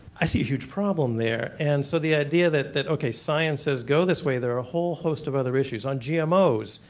i see a huge problem there. and so the idea that that science says go this way there are whole host of other issues on gmos,